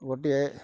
ଗୋଟିଏ